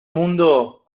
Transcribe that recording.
mundo